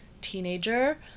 teenager